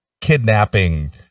kidnapping